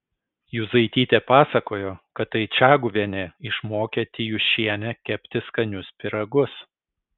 juzaitytė pasakojo kad tai čaguvienė išmokė tijūšienę kepti skanius pyragus